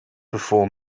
before